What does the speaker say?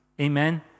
Amen